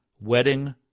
wedding